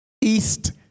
East